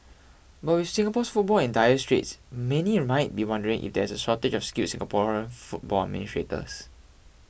but with Singapore's football in dire straits many might be wondering if there's a shortage of skilled Singaporean football administrators